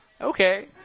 Okay